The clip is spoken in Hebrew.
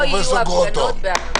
אני מסתכל על זה מהזווית המשטרתית.